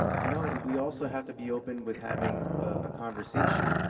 you know, we also have to be open with having a conversation.